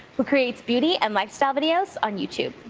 who creates beauty and lifestyle videos on youtube.